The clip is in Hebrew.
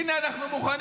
הינה, אנחנו מוכנים.